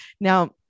Now